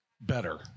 better